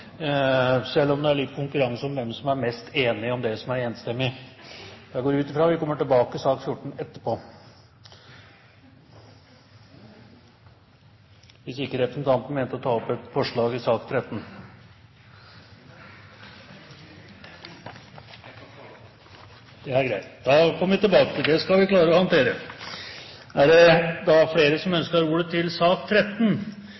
selv om det er litt konkurranse om hvem som er mest enig om det som er enstemmig. Jeg går ut fra at vi kommer tilbake til sak nr. 14 etterpå – hvis ikke representanten mente å ta opp et forslag i sak nr. 13? Jeg kan ta det opp etterpå. Det er greit. Da kommer vi tilbake til det. Det skal vi klare å håndtere. Er det flere som